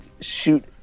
Shoot